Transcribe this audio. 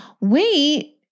wait